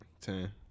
Ten